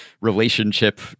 relationship